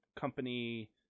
company